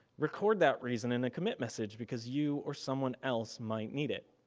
record that reason in the commit message, because you or someone else might need it.